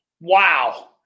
Wow